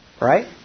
Right